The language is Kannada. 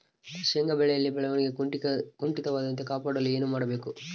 ಶೇಂಗಾ ಬೆಳೆಯಲ್ಲಿ ಬೆಳವಣಿಗೆ ಕುಂಠಿತವಾಗದಂತೆ ಕಾಪಾಡಲು ಏನು ಮಾಡಬೇಕು?